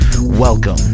Welcome